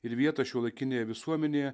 ir vietą šiuolaikinėje visuomenėje